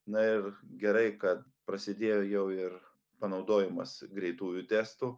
na ir gerai kad prasidėjo jau ir panaudojimas greitųjų testų